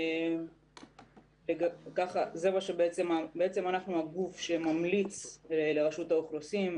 למעשה אנחנו הגוף שממליץ לרשות האוכלוסין,